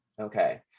Okay